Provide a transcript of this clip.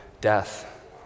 death